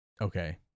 Okay